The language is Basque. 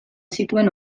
zituen